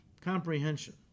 Comprehension